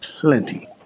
plenty